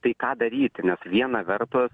tai ką daryti nes viena vertus